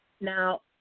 Now